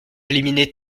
éliminer